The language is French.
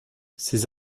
ces